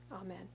Amen